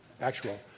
actual